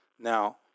Now